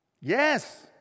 Yes